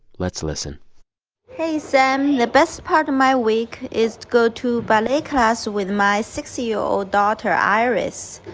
let's listen hey, sam. the best part of my week is to go to ballet class with my six year old daughter iris.